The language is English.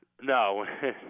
No